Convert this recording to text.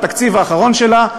בתקציב האחרון שלה,